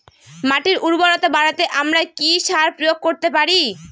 মাটির উর্বরতা বাড়াতে আমরা কি সার প্রয়োগ করতে পারি?